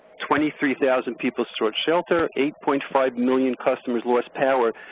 twenty-three thousand people sought shelter, eight point five million customers lost power.